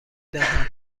دهم